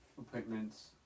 appointments